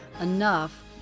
enough